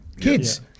Kids